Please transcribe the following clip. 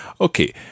Okay